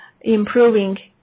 improving